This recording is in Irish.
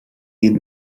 iad